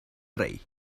rey